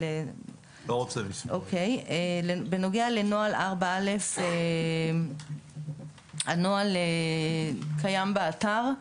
בנודע לנוהל 4א', הנוהל קיים באתר,